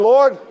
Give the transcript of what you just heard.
Lord